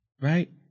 right